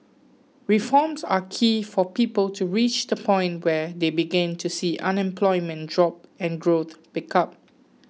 reforms are key for people to reach the point where they begin to see unemployment drop and growth pick up